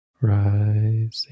rising